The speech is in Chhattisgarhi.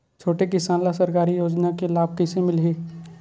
छोटे किसान ला सरकारी योजना के लाभ कइसे मिलही?